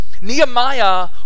nehemiah